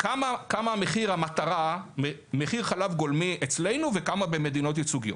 כמה מחיר חלב גולמי אצלנו וכמה במדינות ייצוגיות.